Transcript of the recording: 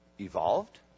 evolved